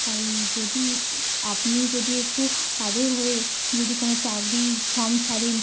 তাই যদি ই আপনি যদি একটু তাদের হয়ে যদি কোনও চাকরির ফর্ম ছাড়েন